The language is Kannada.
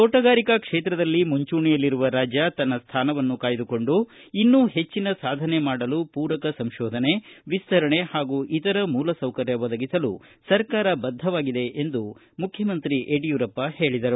ಕೋಟಗಾರಿಕಾ ಕ್ಷೇತ್ರದಲ್ಲಿ ಮುಂಚೂಣಿಯಲ್ಲಿರುವ ರಾಜ್ಯ ತನ್ನ ಸ್ಟಾನವನ್ನು ಕಾಯ್ದುಕೊಂಡು ಇನ್ನೂ ಹೆಚ್ಚಿನ ಸಾಧನೆ ಮಾಡಲು ಪೂರಕ ಸಂಶೋಧನೆ ವಿಸ್ತರಣೆ ಪಾಗೂ ಇತರ ಮೂಲಕಸೌಕರ್ಯ ಒದಗಿಸಲು ಸರ್ಕಾರ ಬದ್ದವಾಗಿದೆ ಎಂದು ಯಡಿಯೂರಪ್ಪ ಹೇಳಿದರು